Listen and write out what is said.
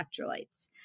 electrolytes